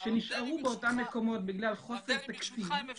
שנשארו באותן מקומות בגלל חוסר תקציב והן לא